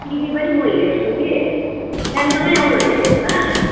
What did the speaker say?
TV पनि म हेर्छु कि स्यामसङै ल्याउनु होइन त्यसो भए